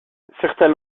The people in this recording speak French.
certains